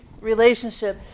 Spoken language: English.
relationship